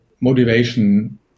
motivation